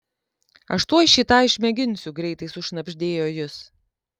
aš tuoj šį tą išmėginsiu greitai sušnabždėjo jis